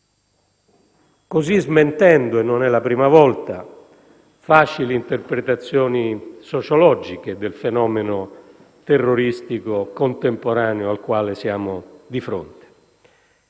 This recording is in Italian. così smentendo - e non è la prima volta - facili interpretazioni sociologiche del fenomeno terroristico contemporaneo al quale siamo di fronte.